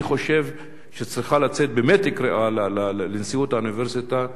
אני חושב שצריכה לצאת באמת קריאה לנשיאות האוניברסיטה,